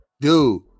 Dude